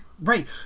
Right